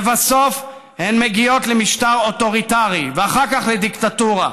לבסוף הן מגיעות למשטר אוטוריטרי ואחר כך לדיקטטורה.